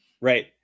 Right